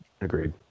agreed